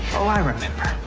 oh, i remember.